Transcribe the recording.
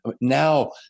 Now